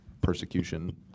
persecution